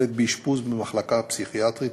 ילד באשפוז במחלקה פסיכיאטרית,